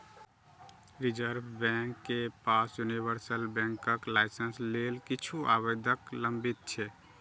reserve bank के पास universal बैंकक लाइसेंस लेल किछु आवेदन लंबित छै